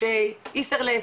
משה איסרלס,